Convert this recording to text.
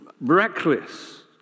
reckless